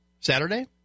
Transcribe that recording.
Saturday